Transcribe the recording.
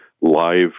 live